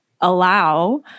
allow